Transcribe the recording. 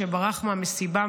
שברח מהמסיבה,